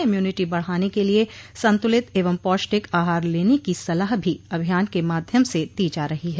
immunity बढ़ाने के लिये संतुलित एवं पौष्टिक आहार लेने की सलाह भी अभियान के माध्यम से दी जा रही है